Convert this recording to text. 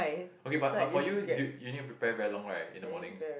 okay but but for you do you need to prepare very long right in the morning